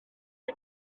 chi